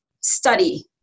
study